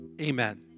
amen